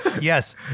Yes